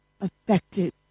affected